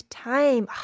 time